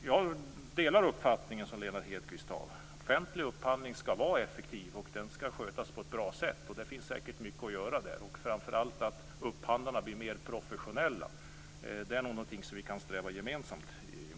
Jag delar Lennart Hedquists uppfattning att offentlig upphandling skall vara effektiv och skötas på ett bra sätt. Det finns säkert mycket att göra där. Framför allt gäller det att upphandlarna blir mer professionella. Det är nog någonting som vi gemensamt kan sträva mot.